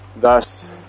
Thus